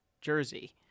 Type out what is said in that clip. jersey